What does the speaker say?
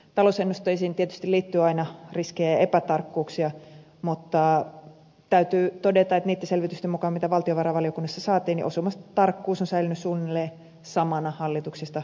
talousennusteisiin tietysti liittyy aina riskejä ja epätarkkuuksia mutta täytyy todeta että niitten selvitysten mukaan mitä valtiovarainvaliokunnassa saatiin osumatarkkuus on säilynyt suunnilleen samana hallituksista riippumatta